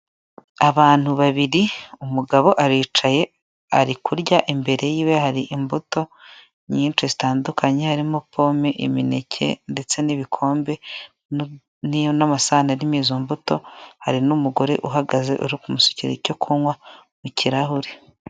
Abantu babiri umugabo aricaye ari kurya imbere yiwe hari imbuto nyinshi zitandukanye harimo pome, imineke ndetse n'ibikombe n'iyo n'amasahane arimo izo mbuto, hari n'umugore uhagaze uri kumusukira cyo kunywa mu kirahure.